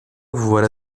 voilà